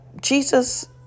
Jesus